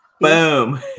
Boom